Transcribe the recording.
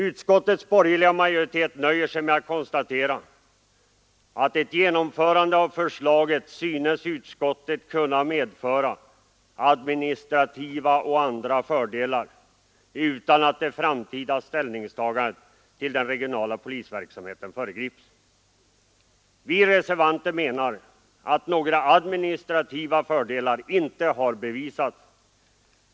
Utskottets borgerliga majoritet nöjer sig med att konstatera att ett genomförande av förslaget synes kunna medföra administrativa och andra fördelar utan att det framtida ställningstagandet till den regionala polisverksamheten föregrips. Vi reservanter menar att det inte bevisats.att några administrativa fördelar kan vinnas.